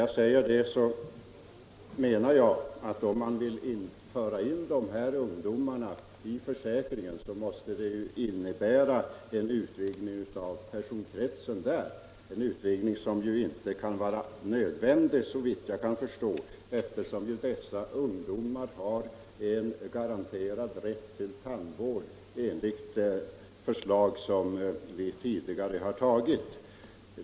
Jag menar att om man vill föra in dessa ungdomar i försäkringen, så måste det ju innebära en utvidgning av personkretsen där, en utvidgning som inte kan vara nödvändig, såvitt jag förstår, eftersom ungdomarna har garanterad rätt till tandvård enligt förslag som vi tidigare har antagit.